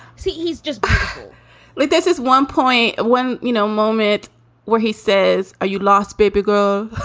see, he's just like this is one point when, you know, moment where he says, are you lost babygro?